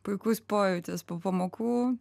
puikus pojūtis po pamokų